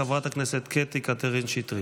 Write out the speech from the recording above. חברת הכנסת קטי קטרין שטרית.